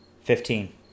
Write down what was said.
Fifteen